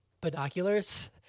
binoculars